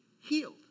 healed